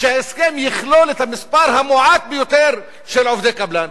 שההסכם יכלול את המספר המועט ביותר של עובדי קבלן,